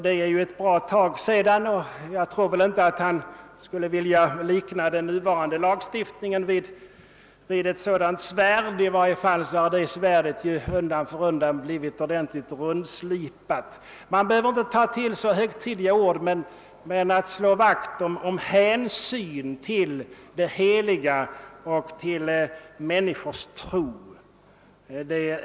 Det är nu ett bra tag sedan, och jag tror inte att han skulle vilja likna den nuvarande lagstiftningen vid ett sådant svärd. I så fall har det svärdet blivit ordentligt rundslipat. Man behöver inte ta till så högtidliga ord, men det föreligger ett behov av hänsyn till det heliga och till människors tro.